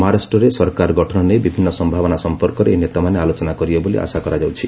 ମହାରାଷ୍ଟ୍ରରେ ସରକାର ଗଠନ ନେଇ ବିଭିନ୍ନ ସମ୍ଭାବନା ସଂପର୍କରେ ଏହି ନେତାମାନେ ଆଲୋଚନା କରିବେ ବୋଲି ଆଶା କରାଯାଉଛି